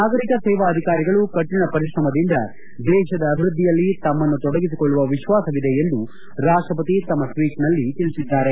ನಾಗರೀಕ ಸೇವಾ ಅಧಿಕಾರಿಗಳು ಕಠಿಣ ಪರಿಶ್ರಮದಿಂದ ದೇಶದ ಅಭಿವ್ಯದ್ದಿಯಲ್ಲಿ ತಮ್ನನ್ನು ತೊಡಗಿಸಿಕೊಳ್ಲುವ ವಿಶ್ವಾಸವಿದೆ ಎಂದು ರಾಷ್ಟಪತಿ ತಮ್ಮ ಟ್ನೀಟ್ನಲ್ಲಿ ತಿಳಿಸಿದ್ದಾರೆ